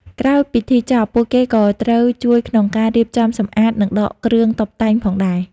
ក្រោយពិធីចប់ ពួកគេក៏ត្រូវជួយក្នុងការរៀបចំសម្អាត និងដកគ្រឿងតុបតែងផងដែរ។